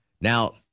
Now